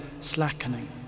slackening